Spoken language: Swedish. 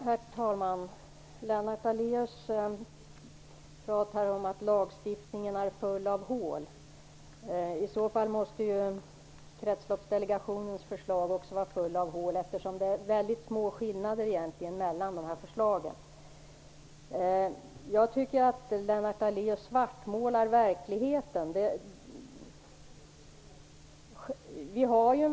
Herr talman! Lennart Daléus pratar om att lagstiftningen är full av hål. Då måste Kretsloppsdelegationens förslag också vara full av hål, eftersom det egentligen är väldigt små skillnader mellan förslagen. Jag tycker att Lennart Daléus svartmålar verkligheten.